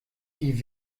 die